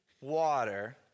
water